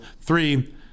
Three